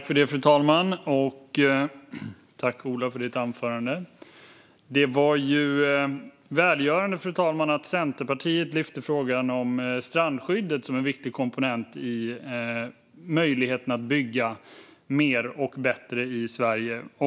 Fru talman! Tack, Ola Johansson, för ditt anförande! Det var välgörande, fru talman, att Centerpartiet lyfte frågan om strandskyddet som en viktig komponent i möjligheten att bygga mer och bättre i Sverige.